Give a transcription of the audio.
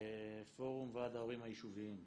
פורום ועד ההורים היישוביים.